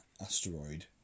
asteroid